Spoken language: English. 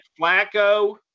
Flacco